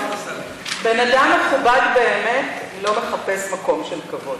בן-אדם מכובד באמת לא מחפש מקום של כבוד.